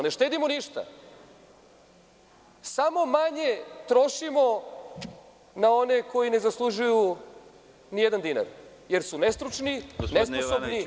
Ne štedimo ništa, samo manje trošimo na one koji ne zaslužuju ni jedan dinar, jer su nestručni, nesposobni, neodgovorni.